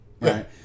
right